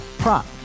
prop